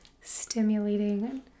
stimulating